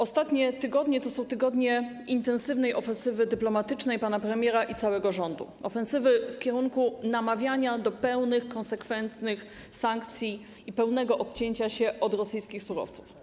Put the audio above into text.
Ostatnie tygodnie są czasem intensywnej ofensywy dyplomatycznej pana premiera i całego rządu, ofensywy w kierunku namawiania do pełnych, konsekwentnych sankcji i pełnego odcięcia się od rosyjskich surowców.